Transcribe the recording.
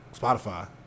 spotify